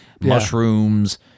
mushrooms